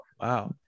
wow